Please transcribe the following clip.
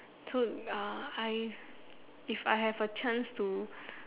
so uh I if I have a chance to